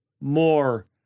more